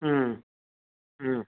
ம் ம்